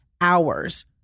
hours